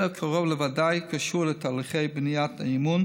אלא קרוב לוודאי קשור לתהליכי בניית האמון